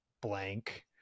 Blank